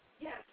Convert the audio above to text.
Yes